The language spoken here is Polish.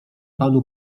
panu